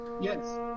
Yes